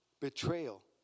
betrayal